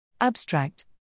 Abstract